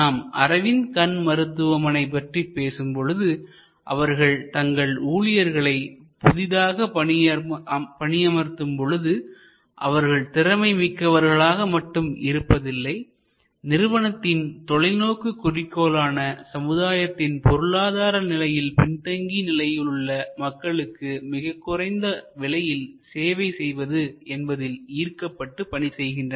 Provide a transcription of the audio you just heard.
நாம் அரவிந்த் கண் மருத்துவமனை பற்றி பேசும் பொழுது அவர்கள் தங்கள் ஊழியர்களை புதிதாக பணியமர்த்தும் பொழுது அவர்கள் திறமை மிக்கவர்களாக மட்டும் இருப்பதில்லை நிறுவனத்தின் தொலைநோக்கு குறிக்கோளான சமுதாயத்தில் பொருளாதார நிலையில் பின்தங்கிய நிலையிலுள்ள மக்களுக்கு மிகக்குறைந்த விலையில் சேவை செய்வது என்பதில் ஈர்க்கப்பட்டு பணி செய்கின்றனர்